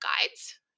guides